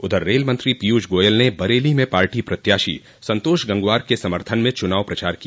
उधर रेल मंत्री पीयूष गोयल ने बरेली में पार्टी प्रत्याशी संतोष गंगवार के समर्थन में चुनाव प्रचार किया